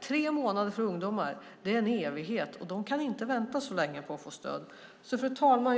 Tre månader är en evighet för ungdomar. De kan inte vänta så länge på att få stöd. Fru talman!